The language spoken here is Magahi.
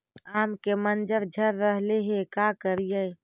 आम के मंजर झड़ रहले हे का करियै?